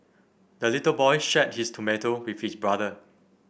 the little boy shared his tomato with his brother